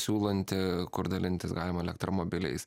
siūlanti kur dalintis galima elektromobiliais